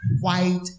White